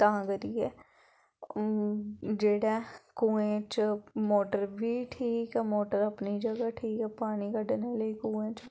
तां करियै जेह्ड़ा कुएं च मोटर बी ठीक मोटर अपनी जगह् ठीक ऐ पानी कड्ढने गी कुएं च